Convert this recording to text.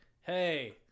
hey